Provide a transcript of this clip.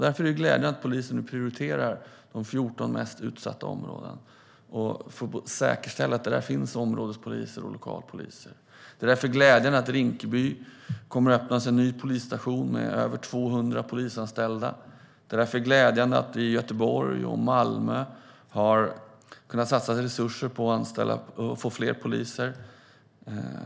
Därför är det glädjande att polisen nu prioriterar de 14 mest utsatta områdena för att säkerställa att där finns områdespoliser och lokalpoliser. Därför är det glädjande att det kommer att öppnas en ny polisstation i Rinkeby med över 200 polisanställda. Därför är det glädjande att det i Göteborg och Malmö har kunnat satsas resurser på att få fler poliser.